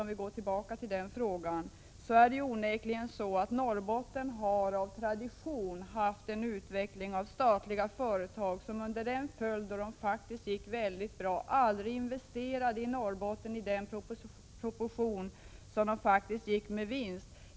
Utvecklingen i Norrbotten har av tradition onekligen varit sådan att de statliga företag som det gått bra för aldrig har investerat i Norrbotten i proportion till vinsten.